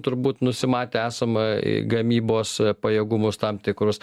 turbūt nusimatę esam gamybos pajėgumus tam tikrus